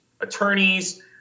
attorneys